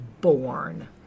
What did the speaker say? born